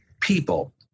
people